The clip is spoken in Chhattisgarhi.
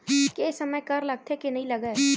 के समय कर लगथे के नइ लगय?